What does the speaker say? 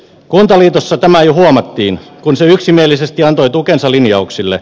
kuntaliitossa tämä jo huomattiin kun se yksimielisesti antoi tukensa linjauksille